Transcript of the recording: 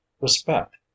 respect